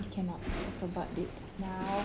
we cannot talk about it now